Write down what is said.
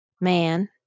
man